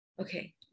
Okay